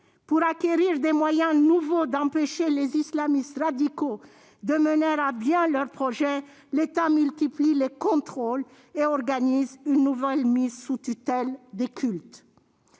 Pour acquérir des moyens nouveaux d'empêcher les islamistes radicaux de mener à bien leur projet, l'État multiplie les contrôles et organise une nouvelle mise sous tutelle des cultes.